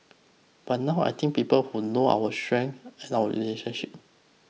but now I think people who know our strength and our relationship